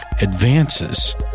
advances